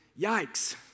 Yikes